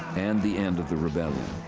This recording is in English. and the end of the rebellion.